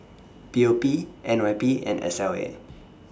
P O P N Y P and S L A